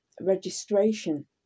registration